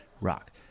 rock